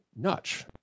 Nutch